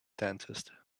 dentist